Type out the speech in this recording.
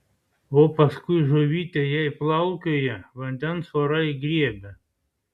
o paskui žuvytė jei plaukioja vandens vorai griebia